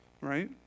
right